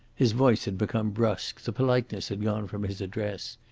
his voice had become brusque, the politeness had gone from his address.